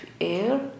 air